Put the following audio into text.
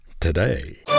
today